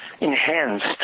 enhanced